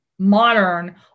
modern